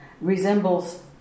resembles